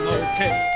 okay